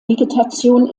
vegetation